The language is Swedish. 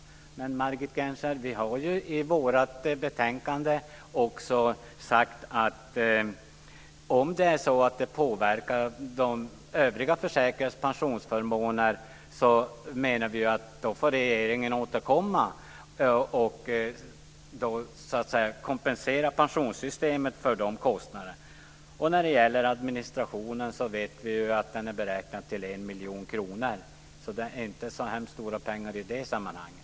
Men, Margit Gennser, vi har ju i vårt betänkande också sagt att om detta påverkar de övriga försäkrades pensionsförmåner så får regeringen återkomma och kompensera pensionssystemet för de kostnaderna. Vi vet att administrationskostnaden är beräknad till 1 miljon kronor, så det är inte så hemskt stora pengar i sammanhanget.